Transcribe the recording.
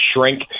shrink